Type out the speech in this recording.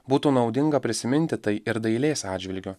būtų naudinga prisiminti tai ir dailės atžvilgiu